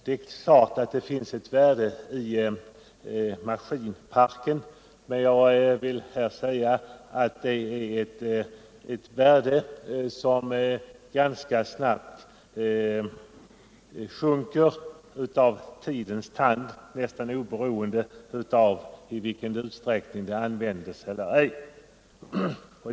Det är klart att det finns ett värde i maskinparken, men jag vill här säga att det är ett värde som ganska snabbt sjunker i den mån maskinerna gnags av tidens tand — nästan oberoende av i vilken utsträckning de används.